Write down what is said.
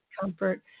comfort